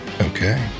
Okay